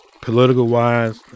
political-wise